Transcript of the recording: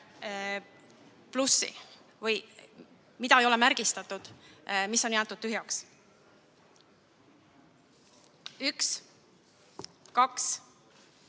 plussi ehk mida ei ole märgistatud, mis on jäetud tühjaks: 1, 2,